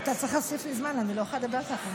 אתה צריך להוסיף לי זמן, אני לא יכולה לדבר ככה.